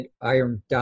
iron